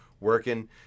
Working